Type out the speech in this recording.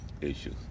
issues